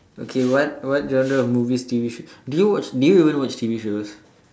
okay what what genre of movies T_V show do you watch do you even watch T_V shows